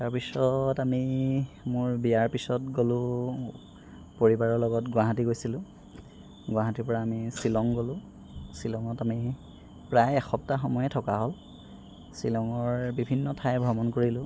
তাৰ পিছত আমি মোৰ বিয়াৰ পিছত গ'লো পৰিবাৰৰ লগত গুৱাহাটী গৈছিলোঁ গুৱাহাটীৰ পৰা আমি শ্বিলং গ'লো শ্বিলংত আমি প্ৰায়ে এসপ্তাহ সময়ে থকা হ'ল শ্বিলঙৰ বিভিন্ন ঠাই ভ্ৰমণ কৰিলোঁ